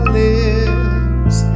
lips